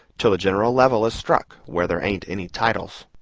till the general level is struck, where there ain't any titles.